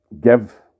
give